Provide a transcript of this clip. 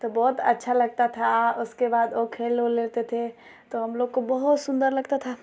तो बहुत अच्छा लगता था उसके बाद वह खेल उल लेते थे तो हमलोग को बहुत सुन्दर लगता था